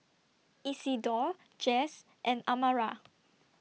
Isidor Jess and Amara